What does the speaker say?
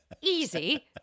easy